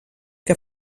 que